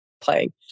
playing